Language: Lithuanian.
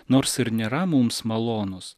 nors ir nėra mums malonūs